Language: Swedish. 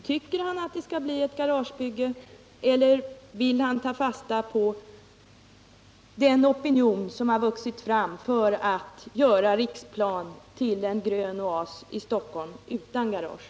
Tycker han att det skall bli ett garagebygge eller vill han ta fasta på den opinion som vuxit fram för att göra Riksplan till en grön oas i Stockholm, utan garage?